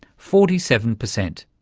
forty seven percent.